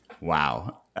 Wow